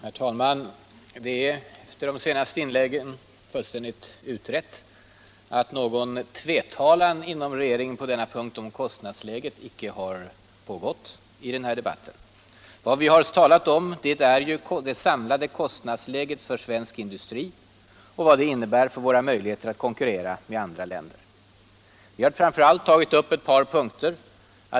Herr talman! Det är efter de senaste inläggen fullständigt utrett att någon tvetalan inom regeringen om kostnadsläget icke förekommit i den här debatten. Vad vi har talat om är det samlade kostnadsläget för svensk industri och vad det innebär för våra möjligheter att konkurrera med andra länder. Vi har framför allt tagit upp ett par punkter.